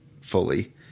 fully